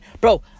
Bro